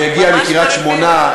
שהגיעה מקריית-שמונה,